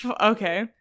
okay